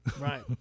Right